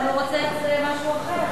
אבל הוא רוצה משהו אחר,